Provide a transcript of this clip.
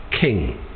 king